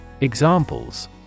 Examples